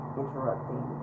interrupting